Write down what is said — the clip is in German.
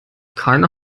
keine